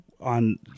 On